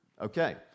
Okay